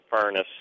furnace